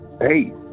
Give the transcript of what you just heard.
hey